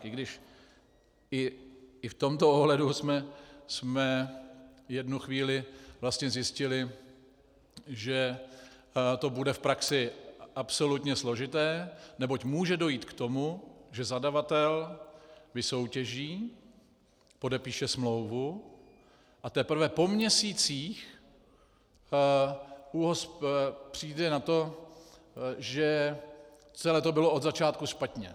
I když i v tomto ohledu jsme jednu chvíli vlastně zjistili, že to bude v praxi absolutně složité, neboť může dojít k tomu, že zadavatel vysoutěží, podepíše smlouvu, a teprve po měsících ÚOHS přijde na to, že celé to bylo od začátku špatně.